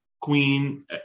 Queen